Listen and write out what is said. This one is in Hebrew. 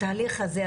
התהליך הזה,